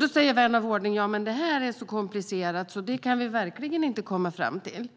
Då säger vän av ordning att det är så komplicerat att det kan vi verkligen inte komma fram till.